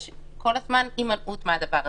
יש כל הזמן הימנעות מהדבר הזה.